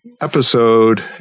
episode